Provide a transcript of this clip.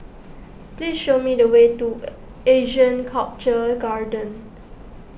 please show me the way to Asean Sculpture Garden